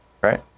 right